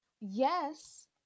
yes